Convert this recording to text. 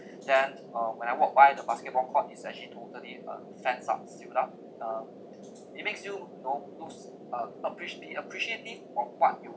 then uh when I walk by the basketball court is actually to tidy it uh fence up sealed up uh it makes you you know lose uh appreciatively appreciative of what you